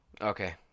Okay